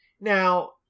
Now